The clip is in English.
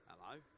hello